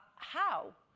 how?